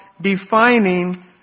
defining